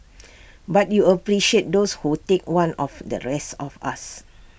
but you appreciate those who take one of the rest of us